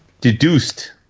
deduced